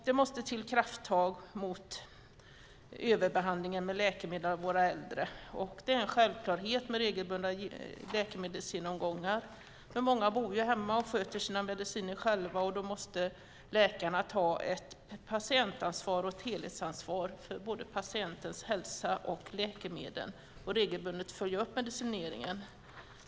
Det måste till krafttag mot överbehandlingen av våra äldre med läkemedel. Regelbundna läkemedelsgenomgångar ska vara en självklarhet. Många bor dock hemma och sköter själva sina mediciner, och därför måste läkarna ta ett patientansvar och ett helhetsansvar vad gäller patientens hälsa och läkemedel och regelbundet följa upp medicineringen.